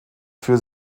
für